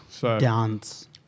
Dance